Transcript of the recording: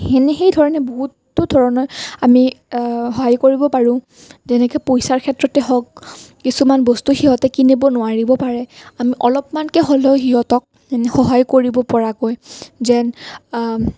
সেইধৰণে বহুতো ধৰণে আমি সহায় কৰিব পাৰো যেনেদৰে পইচাৰ ক্ষেত্ৰতে হওক কিছুমান বস্তু সিহঁতে কিনিব নোৱাৰিব পাৰে আমি অলপমানকে হ'লেও সিহঁতক সহায় কৰিব পৰাকৈ যেন